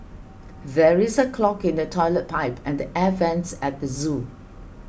there is a clog in the Toilet Pipe and Air Vents at the zoo